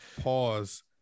pause